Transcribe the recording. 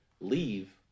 leave